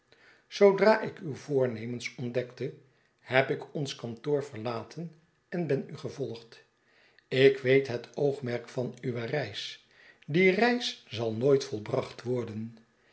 zoodra ik uwe voornemens ontdekte heb ik ons kantoor verlaten en ben u gevolgd ik weet het oogmerk van uwe reis die reis zal nooit volbracht worden